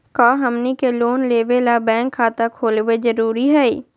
का हमनी के लोन लेबे ला बैंक खाता खोलबे जरुरी हई?